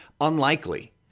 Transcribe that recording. Unlikely